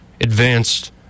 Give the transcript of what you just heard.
advanced